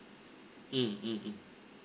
mm mm mm